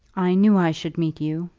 i knew i should meet you,